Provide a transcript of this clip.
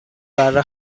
بره